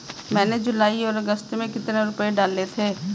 मैंने जुलाई और अगस्त में कितने रुपये डाले थे?